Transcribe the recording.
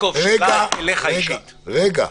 רגע, רגע.